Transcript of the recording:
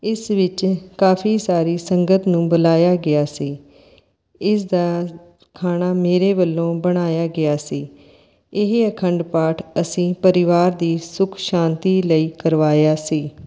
ਇਸ ਵਿੱਚ ਕਾਫੀ ਸਾਰੀ ਸੰਗਤ ਨੂੰ ਬੁਲਾਇਆ ਗਿਆ ਸੀ ਇਸ ਦਾ ਖਾਣਾ ਮੇਰੇ ਵੱਲੋਂ ਬਣਾਇਆ ਗਿਆ ਸੀ ਇਹ ਅਖੰਡ ਪਾਠ ਅਸੀਂ ਪਰਿਵਾਰ ਦੀ ਸੁੱਖ ਸ਼ਾਂਤੀ ਲਈ ਕਰਵਾਇਆ ਸੀ